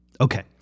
Okay